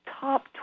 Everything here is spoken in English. top